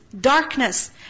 darkness